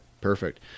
perfect